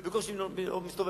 בקושי מסתובבת.